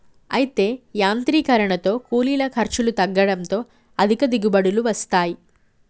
అయితే యాంత్రీకరనతో కూలీల ఖర్చులు తగ్గడంతో అధిక దిగుబడులు వస్తాయి